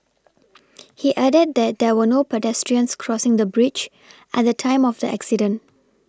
he added that there were no pedestrians crossing the bridge at the time of the accident